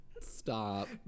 Stop